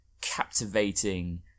captivating